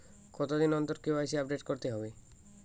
কতদিন অন্তর KYC update করতে হবে?